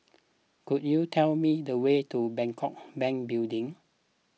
could you tell me the way to Bangkok Bank Building